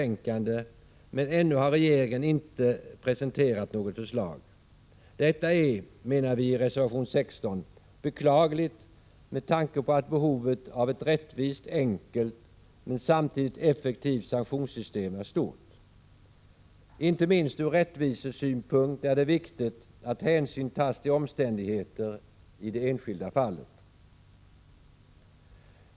Prot. 1986/87:50 de, men ännu har regeringen inte presenterat något förslag. Detta menar vi 16 december 1986 reservanter, och det framgår av reservation 16, är beklagligt med tanke på att. = behovet av ett rättvist och enkelt men samtidigt effektivt sanktionssystem är stort. Inte minst ur rättvisesynpunkt är det viktigt att hänsyn tas till omständigheterna i det enskilda fallet.